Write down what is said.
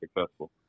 successful